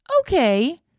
okay